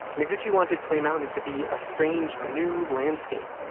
noguchi wanted play mountain to be a strange new landscape,